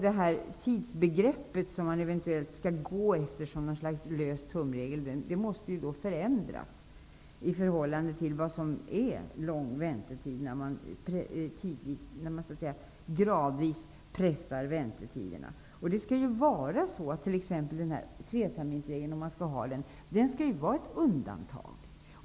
Det tidsbegrepp som man eventuellt skall gå efter som någon slags lös tumregel måste förändras i förhållande till vad som är lång väntetid när man gradvis pressar väntetiderna. Det skall ju vara så att t.ex. en treterminsregel, om man skall ha den, skall vara ett undantag.